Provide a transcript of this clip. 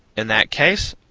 in that case,